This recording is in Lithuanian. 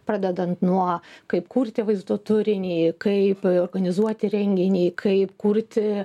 pradedant nuo kaip kurti vaizdo turinį kaip organizuoti renginį kaip kurti